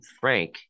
Frank